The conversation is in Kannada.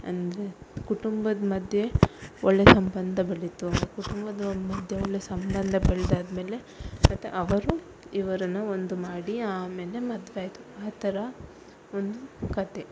ಅಂದರೆ ಕುಟುಂಬದ ಮಧ್ಯೆ ಒಳ್ಳೆ ಸಂಬಂಧ ಬೆಳೀತು ಕುಟುಂಬದವ್ರ ಮಧ್ಯೆ ಒಳ್ಳೆ ಸಂಬಂಧ ಬೆಳ್ದಾದ ಮೇಲೆ ಮತ್ತೆ ಅವರು ಇವರನ್ನ ಒಂದು ಮಾಡಿ ಆಮೇಲೆ ಮದುವೆ ಆಯಿತು ಆ ಥರ ಒಂದು ಕಥೆ